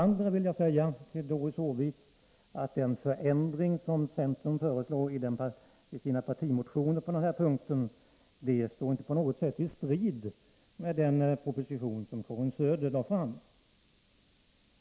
Jag vill också säga att den förändring som centern på den här punkten föreslår i sina partimotioner inte på något sätt står i strid med den proposition som Karin Söder lade fram.